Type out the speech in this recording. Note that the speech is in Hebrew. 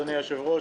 אדוני היושב-ראש,